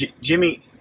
jimmy